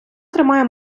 тримає